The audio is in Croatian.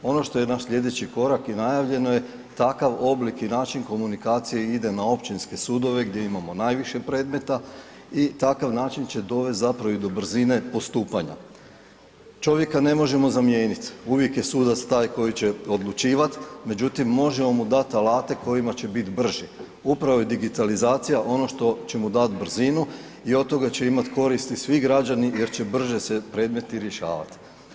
Ono što je naš slijedeći korak i najavljeno je takav oblik i način komunikacije ide na općinske sudove gdje imamo najviše predmeta i takav način će dovest zapravo i do brzine postupanja, čovjeka ne možemo zamijenit, uvijek je sudac taj koji će odlučivat, međutim možemo mu dat alate kojima će bit brži, upravo je digitalizacija ono što će mu dat brzinu i od toga će imat koristi svi građani jer će brže se predmeti rješavat.